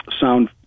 sound